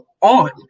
on